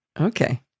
Okay